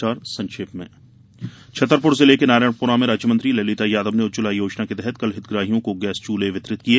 समाचार संक्षेप में छतरपुर जिले के नारायणपुरा में राज्यमंत्री ललिता यादव ने उज्जवला योजना के तहत कल हितग्राहियों को गैस चूल्हें वितरित किये